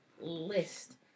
list